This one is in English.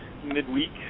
midweek